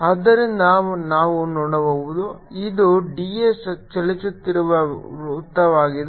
ಆದ್ದರಿಂದ ನಾವು ನೋಡಬಹುದು ಇದು d s ಚಲಿಸುತ್ತಿರುವ ವೃತ್ತವಾಗಿದೆ